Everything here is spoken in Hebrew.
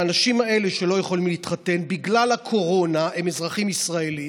האנשים האלה שלא יכולים להתחתן בגלל הקורונה הם אזרחים ישראלים,